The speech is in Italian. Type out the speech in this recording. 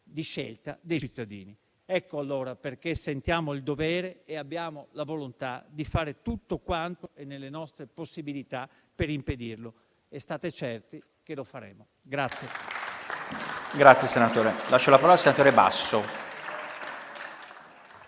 di scelta dei cittadini. Ecco allora perché sentiamo il dovere e abbiamo la volontà di fare tutto quanto è nelle nostre possibilità per impedirlo e state certi che lo faremo.